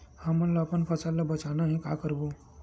हमन ला अपन फसल ला बचाना हे का करबो?